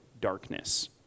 darkness